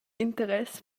interess